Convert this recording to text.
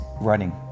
running